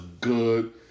good